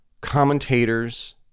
commentators